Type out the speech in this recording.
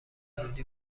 زودی